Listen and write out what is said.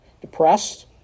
depressed